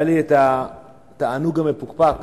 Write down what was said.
היה לי התענוג המפוקפק